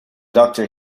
doctor